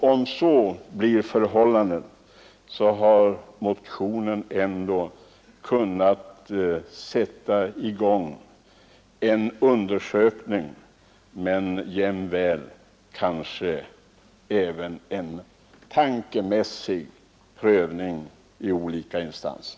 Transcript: Om så blir förhållandet har motionen ändå kunnat sätta i gång en undersökning och kanske också en tankemässig prövning i olika instanser.